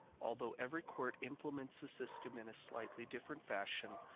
although every court implements the system in a slightly different fashion,